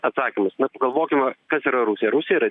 atsakymas na pagalvokime kas yra rusija rusija yra